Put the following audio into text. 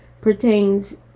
pertains